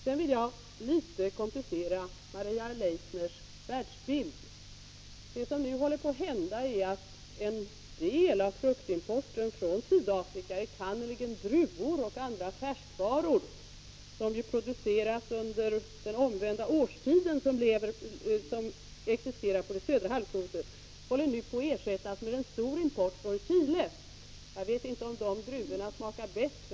Sedan vill jag litet komplicera Maria Leissners världsbild. Det som nu händer är att en del av fruktimporten från Sydafrika, enkannerligen druvor och andra färskvaror som ju produceras under den omvända årstiden på det södra halvklotet, håller på att ersättas med en stor import från Chile. Jag vet inte, Maria Leissner, om de druvorna smakar bättre.